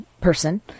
person